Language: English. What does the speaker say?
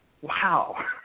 Wow